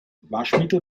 waschmittel